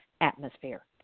atmosphere